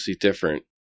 different